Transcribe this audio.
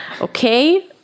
Okay